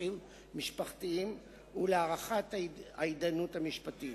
סכסוכים משפחתיים ולהארכת ההתדיינויות המשפטיות.